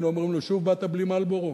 היינו אומרים לו: שוב באת בלי "מרלבורו"?